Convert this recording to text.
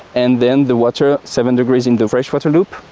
and then the water, seven degrees in the freshwater loop,